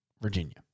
Virginia